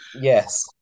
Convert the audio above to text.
yes